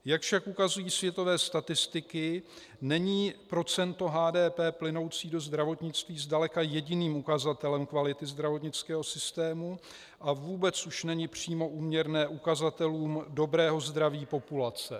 Jak však ukazují světové statistiky, není procento HDP plynoucí do zdravotnictví zdaleka jediným ukazatelem kvality zdravotnického systému a vůbec už není přímo úměrné ukazatelům dobrého zdraví populace.